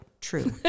True